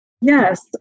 Yes